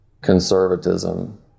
conservatism